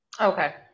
Okay